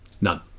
None